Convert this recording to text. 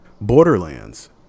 Borderlands